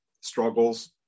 struggles